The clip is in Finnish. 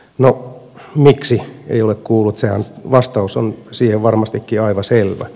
no miksi ei ole kuullut vastaus on siihen varmastikin aivan selvä